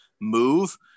Move